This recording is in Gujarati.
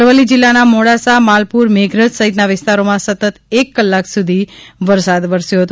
તો અરવલ્લી જિલ્લાના મોડાસા માલપુર મેઘરજ સહિતના વિસ્તારોમાં સતત એક કલાક સુધી ધીમીધારે વરસાદ વરસ્યો હતો